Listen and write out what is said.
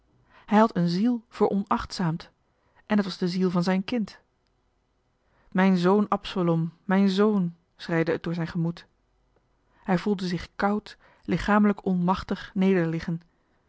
hij had eene ziel veronachtzaamd en het was de ziel van zijn kind mijn zoon absolom mijn zoon schreide het door zijn gemoed hij voelde zich koud lichamelijk onmachtig nederliggen